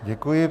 Děkuji.